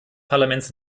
parlaments